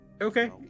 Okay